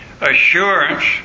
assurance